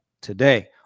today